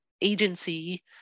agency